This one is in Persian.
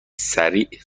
سریع